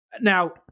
Now